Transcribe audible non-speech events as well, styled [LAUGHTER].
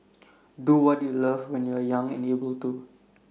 [NOISE] do what you love when you are young and able to